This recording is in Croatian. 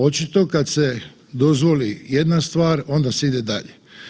Očito kad se dozvoli jedna stvar onda se ide dalje.